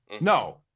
no